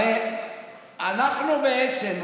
הרי אנחנו בעצם,